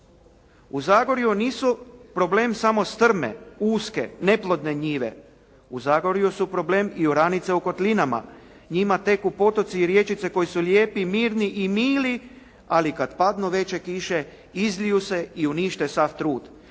U Zagorju nisu problem samo strme, uske, neplodne njive. U Zagorju su problem i oranice u kotlinama. Njima teku potoci i rječice koji su lijepi, mirni i mili ali kad padnu veće kiše izliju se i unište sav trud.